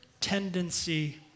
tendency